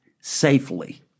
safely